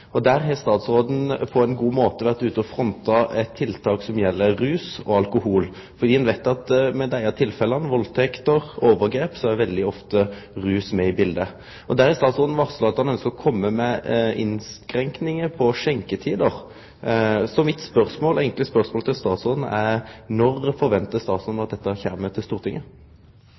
Der har statsråden på ein god måte vore ute og fronta eit tiltak som gjeld rus og alkohol. Ein veit at i tilfelle med valdtekt og overgrep, er rus veldig ofte med i biletet. Statsråden har varsla at han ønskjer å kome med innskrenkingar på skjenketider. Mitt enkle spørsmål til statsråden er: Når forventar statsråden at dette kjem til Stortinget?